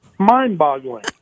Mind-boggling